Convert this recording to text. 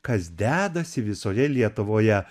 kas dedasi visoje lietuvoje